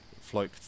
float